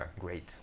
Great